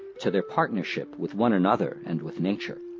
to their partnership with one another and with nature.